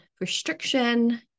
restriction